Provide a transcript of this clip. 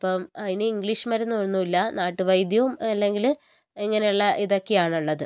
അപ്പം അതിന് ഇംഗ്ലീഷ് മരുന്ന് ഒന്നൂല്ല നാട്ട് വൈദ്യോം അല്ലെങ്കിൽ ഇങ്ങനെയുള്ള ഇതൊക്കെയാണ് ഉള്ളത്